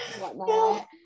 whatnot